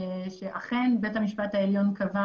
אכן בית המשפט העליון קבע